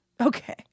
Okay